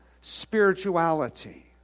spirituality